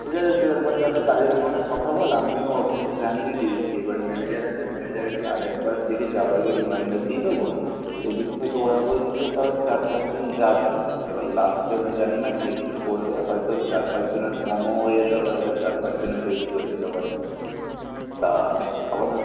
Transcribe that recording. ঠিক আছে তুই একবার তালে কাজের ওখানে কথা বল আমিও অফিসে জানিয়ে দিয়েছি এবার ম্যানেজার আছে ম্যানেজারকে আর একবার দেখি যাওয়ার আগে রিমাইন্ডার দিয়ে দেবো এদিক থেকে ওরা বলছে যে তাও চার পাঁচজন যাবে এবার লাস্ট টাইমে জানি না কে কী করবে হয়তো চার পাঁচজনার কমও হয়ে যেতে পারে বা চার পাঁচজনের বেশিও হয়ে যেতে পারে হ্যাঁ আপাত